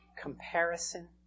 comparison